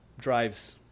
drives